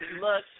Look